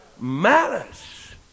malice